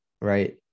right